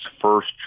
first